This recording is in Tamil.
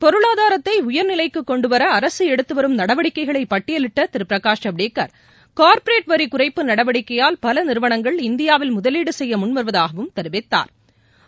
பொருளாதாரத்தை உயர்நிலைக்குக் கொண்டுவர அரசு எடுத்துவரும் நடவடிக்கைகளை பட்டியலிட்ட திரு பிரகாஷ் ஜவ்டேகா் கா்ப்பரேட் வரி குறைப்பு நடவடிக்கையால் பல நிறுவனங்கள் இந்தியாவில் முதலீடு செய்ய முன் வருவதாகவும் தெரிவித்தாா்